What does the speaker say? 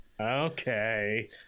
Okay